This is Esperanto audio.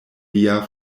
lia